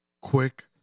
quick